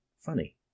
Funny